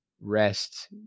rest